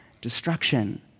Destruction